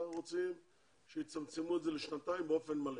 אנחנו רוצים שיצמצמו את זה לשנתיים וישלמו באופן מלא.